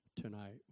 tonight